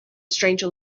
stranger